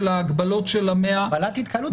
ההגבלות של ה-100 --- הגבלת התקהלות.